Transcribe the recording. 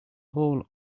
hole